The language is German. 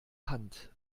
hand